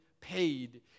paid